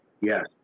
yes